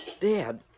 Dad